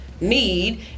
Need